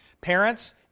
Parents